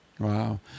Wow